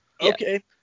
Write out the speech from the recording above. Okay